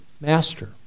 master